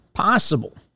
possible